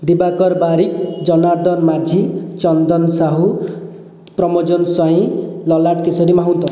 Dibakar Barik Janardan Majhi Chandan Sahu Pramojan Swain Lalat Kishori Mahut